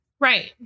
Right